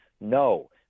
no